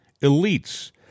elites